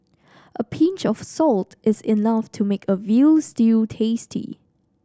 a pinch of salt is enough to make a veal stew tasty